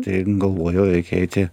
tai galvojau reikia eiti